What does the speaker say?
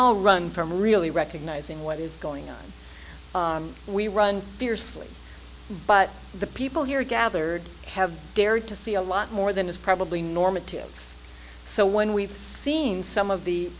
all run from really recognizing what is going on we run fiercely but the people here gathered have dared to see a lot more than is probably normative so when we've seen some of the